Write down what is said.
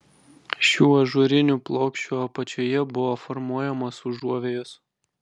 šių ažūrinių plokščių apačioje buvo formuojamos užuovėjos